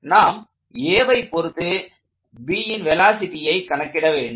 நாம் Aவை பொருத்து Bன் வெலாசிட்டியை கணக்கிட வேண்டும்